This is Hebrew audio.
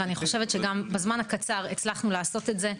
ואני חושבת שגם בזמן הקצר הצלחנו לעשות את זה.